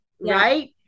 Right